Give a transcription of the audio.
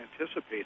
anticipate